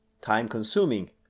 time-consuming